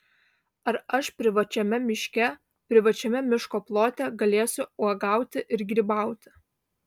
ar aš privačiame miške privačiame miško plote galėsiu uogauti ir grybauti